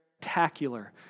spectacular